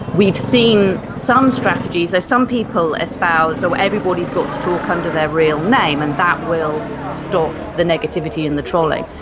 we've seen some strategies, some people espouse so everybody has got to talk under their real name and that will stop the negativity and the trolling.